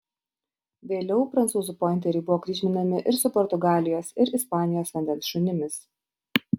vėliau prancūzų pointeriai buvo kryžminami ir su portugalijos ir ispanijos vandens šunimis